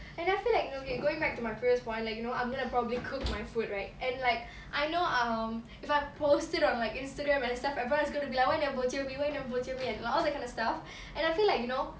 and I feel like you know okay going back to my previous point like you know I'm going to probably cook my food right and like I know um if I post it on like instagram and stuff everyone is going to like why you never bojio why you never bojio me and all that kind of stuff and I feel like you know